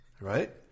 Right